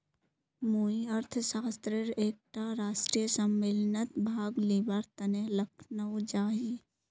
मुई अर्थशास्त्रेर एकटा राष्ट्रीय सम्मेलनत भाग लिबार तने लखनऊ जाछी